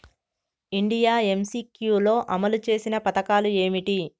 India MCQ లో అమలు చేసిన పథకాలు ఏమిటి?